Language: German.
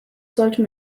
sollte